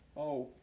oh,